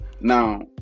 Now